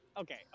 okay